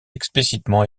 explicitement